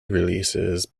releases